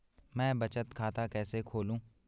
मैं बचत खाता कैसे खोलूँ?